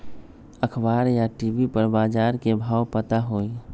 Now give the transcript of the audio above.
अखबार या टी.वी पर बजार के भाव पता होई?